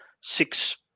six